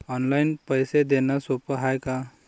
Online पैसे देण सोप हाय का?